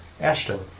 Ashton